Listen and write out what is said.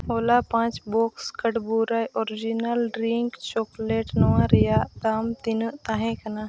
ᱦᱚᱞᱟ ᱯᱟᱸᱪ box Cadbury original drink chocolate ᱱᱚᱣᱟ ᱨᱮᱭᱟᱜ ᱫᱟᱢ ᱛᱤᱱᱟᱹᱜ ᱛᱟᱦᱮᱸ ᱠᱟᱱᱟ